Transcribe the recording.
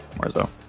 Marzo